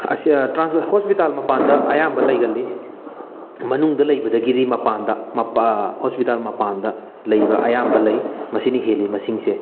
transport hospital ꯃꯄꯥꯜꯗ ꯑꯌꯥꯝꯕ ꯂꯩꯒꯜꯂꯤ ꯃꯅꯨꯡꯗ ꯂꯩꯕꯗꯒꯤꯗꯤ ꯃꯄꯥꯟꯗ ꯍꯣꯁꯄꯤꯇꯥꯜ ꯃꯄꯥꯟꯗ ꯂꯩꯕ ꯑꯌꯥꯝꯕ ꯂꯩ ꯃꯁꯤꯅ ꯍꯦꯜꯂꯤ ꯃꯁꯤꯡꯁꯦ